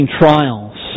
trials